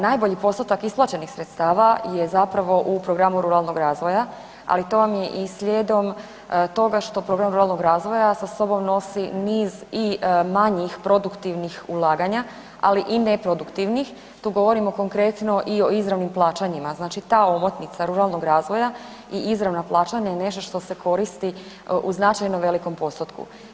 Najbolji postotak isplaćenih sredstava je zapravo u programu ruralnog razvoja ali to vam je i slijedom toga što program ruralnog razvoja sa sobom nosi niz i manjih produktivnih ulaganja ali i neproduktivnih, tu govorimo konkretno i o izravnim plaćanjima, znači ta omotnica ruralnog razvoja i izravna plaćanja je nešto što se koristi u značajno velikom postotku.